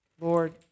Lord